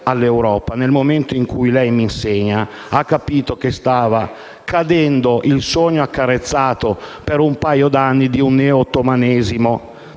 nel momento in cui ha capito che stava cadendo il sogno accarezzato per un paio d'anni di un neo-ottomanesimo,